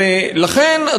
לכן,